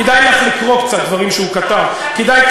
כדאי לך לקרוא קצת דברים שהוא כתב לא.